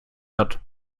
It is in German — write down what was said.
hat